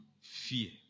fear